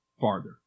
farther